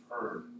heard